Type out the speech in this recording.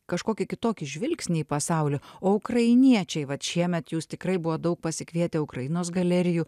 kažkokį kitokį žvilgsnį į pasaulį o ukrainiečiai vat šiemet jūs tikrai buvot daug pasikvietę ukrainos galerijų